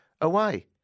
away